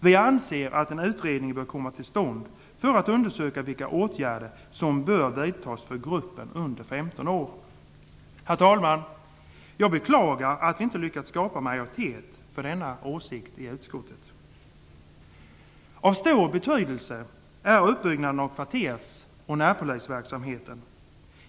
Vi anser att en utredning bör komma till stånd för att undersöka vilka åtgärder som bör vidtas för gruppen under 15 år. Herr talman! Jag beklagar att vi inte lyckats skapa majoritet för denna åsikt i utskottet. Av stor betydelse är uppbyggnaden av kvartersoch närpolisverksamheten.